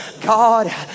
God